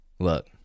Look